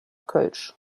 kölsch